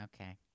okay